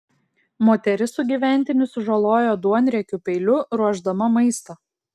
moteris sugyventinį sužalojo duonriekiu peiliu ruošdama maistą